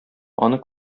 аны